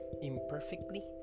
imperfectly